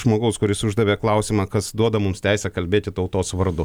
žmogaus kuris uždavė klausimą kas duoda mums teisę kalbėti tautos vardu